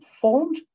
formed